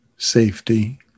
safety